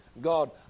God